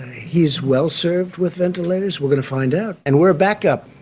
he's well-served with ventilators. we're going to find out. and we're backup.